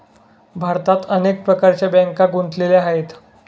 भारतात अनेक प्रकारच्या बँका गुंतलेल्या आहेत